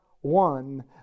one